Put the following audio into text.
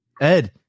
Ed